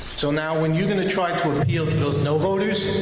so now when you're gonna try to appeal to those no voters,